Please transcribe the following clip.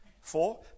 Four